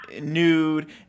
nude